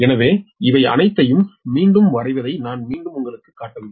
எனவே இவை அனைத்தையும் மீண்டும் வரைவதை நான் மீண்டும் உங்களுக்குக் காட்டவில்லை